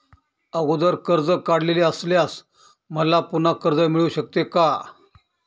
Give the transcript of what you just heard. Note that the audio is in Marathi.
अगोदर कर्ज काढलेले असल्यास मला पुन्हा कर्ज मिळू शकते का?